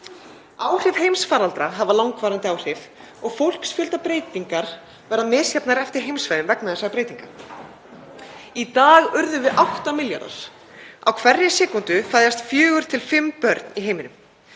Áhrif heimsfaraldra hafa langvarandi áhrif og fólksfjöldabreytingar verða misjafnar eftir heimssvæðum vegna þessara breytinga. Í dag urðum við 8 milljarðar. Á hverri sekúndu fæðast fjögur til fimm börn í heiminum.